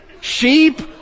Sheep